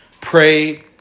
Pray